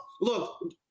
Look